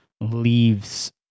leaves